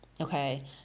Okay